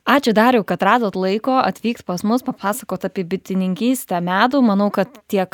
ačiū dariau kad radot laiko atvykt pas mus papasakot apie bitininkystę medų manau kad tiek